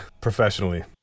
professionally